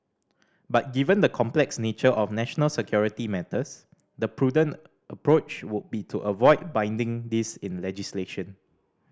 but given the complex nature of national security matters the prudent approach would be to avoid binding this in legislation